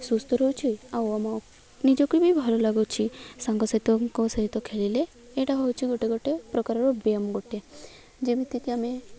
ସୁସ୍ଥ ରହୁଛି ଆଉ ଆମ ନିଜକୁ ବି ଭଲ ଲାଗୁଛି ସାଙ୍ଗ ସହିତ ଙ୍କ ସହିତ ଖେଳିଲେ ଏଇଟା ହେଉଛି ଗୋଟେ ଗୋଟେ ପ୍ରକାରର ବ୍ୟାୟାମ ଗୋଟେ ଯେମିତିକି ଆମେ